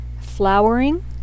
flowering